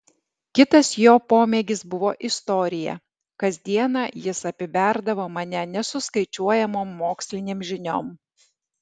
kitas jo pomėgis buvo istorija kasdieną jis apiberdavo mane nesuskaičiuojamom mokslinėm žiniom